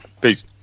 Peace